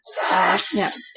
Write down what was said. yes